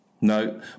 no